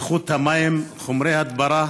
איכות המים, חומרי הדברה,